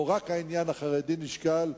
או רק העניין החרדי נשקל,